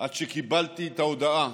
עד שקיבלתי את ההודעה